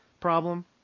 problem